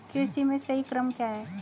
कृषि में सही क्रम क्या है?